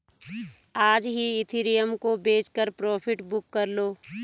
आज ही इथिरियम को बेचकर प्रॉफिट बुक कर लो